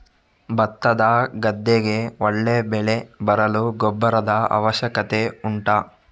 ಭತ್ತದ ಗದ್ದೆಗೆ ಒಳ್ಳೆ ಬೆಳೆ ಬರಲು ಗೊಬ್ಬರದ ಅವಶ್ಯಕತೆ ಉಂಟಾ